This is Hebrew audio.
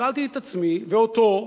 שאלתי את עצמי ואותו: